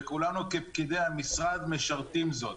וכולנו כפקידי המשרד משרתים זאת.